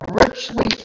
richly